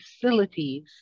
facilities